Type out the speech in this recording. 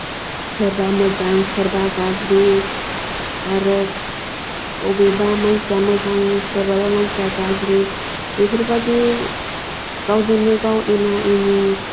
सोरबा मोजां सोरबा गाज्रि आरो अबेबा मानसिया मोजां सोरबाबा मानसिआ गाज्रि बेफोरबादि गावजोंनो गाव एना एनि